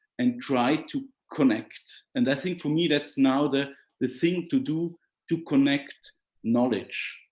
and try to connect. and i think for me, that's now the the thing to do to connect knowledge.